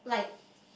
like